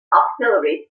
axillary